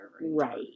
right